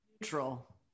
neutral